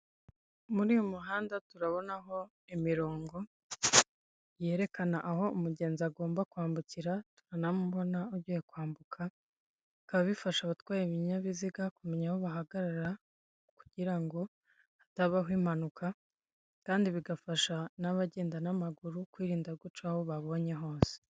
Muri uyu muhanda turabona aho imirongo yerekana aho umugenzi agomba kwambukira turanamubona ugiye kwambuka. Bikaba bifasha abatwaye ibinyabiziga kumenya aho bahagarara kugirango hatabaho impanuka kandi bigafasha n'abagenda n'amaguru kwirinda guca aho babonye hose.